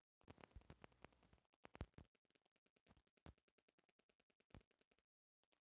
गांव में चारवाहा सन गाय भइस के चारावे खातिर ले जा तारण सन